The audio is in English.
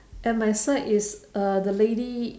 at my side is uh the lady